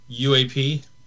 UAP